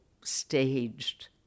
staged